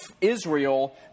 Israel